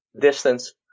distance